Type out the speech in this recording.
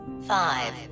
five